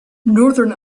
northern